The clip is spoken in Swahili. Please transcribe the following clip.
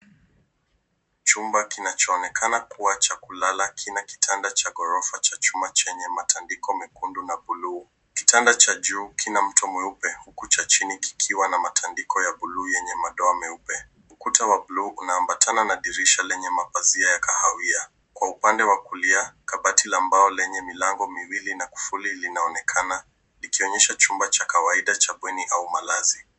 Chumba kinachoonekana kuwa cha kulala kina kitanda cha ghorofa cha chuma chenye matandiko mekundu na bluu. Kitanda cha juu kina mto mweupe, huku cha chini kikiwa na matandiko ya bluu yenye madoa meupe. Ukuta wa bluu unaambatana na dirisha lenye mapazia ya kahawia. Kwa upande wa kulia, kabati la mbao lenye milango miwili na kufuli linaonekana, ikionyesha chumba cha kawaida cha bweni au malazi.